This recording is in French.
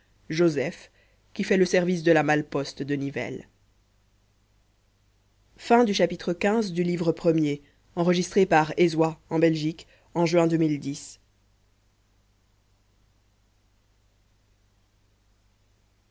joseph qui fait le service de la malle-poste de nivelles